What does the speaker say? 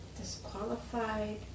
disqualified